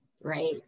Right